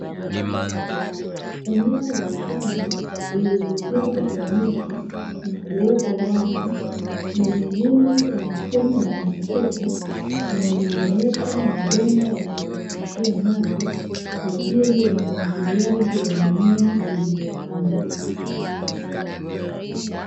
Eneo la shamba lililojengwa kwa miche na kuwekwa wavu, limelimwa kwa mfumo wa matuta na limewekwa mabomba ya kupitishia maji kwa ajili ya umwagiliaji wa mimea iliyopandwa .